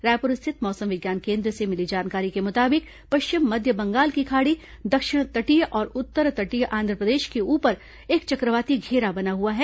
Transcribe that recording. रायपुर स्थित मौसम विज्ञान केन्द्र से मिली जानकारी के मुताबिक पश्चिम मध्य बंगाल की खाड़ी दक्षिण तटीय और उत्तर तटीय आंध्रप्रदेश के ऊपर एक चक्रवाती घेरा बना हुआ है